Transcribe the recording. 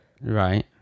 Right